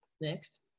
Next